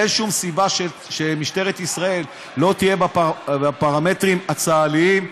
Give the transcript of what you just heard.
אין שום סיבה שמשטרת ישראל לא תהיה בפרמטרים הצה"ליים.